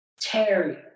Terry